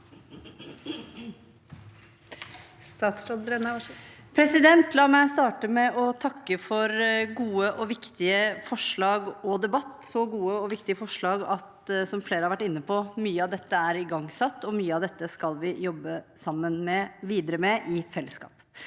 La meg starte med å takke for gode og viktige forslag i en viktig debatt – så gode og viktige forslag, som flere har vært inne på, at mye av dette er igangsatt, og mye av dette skal vi jobbe videre med i fellesskap.